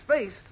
space